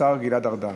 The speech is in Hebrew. השר גלעד ארדן.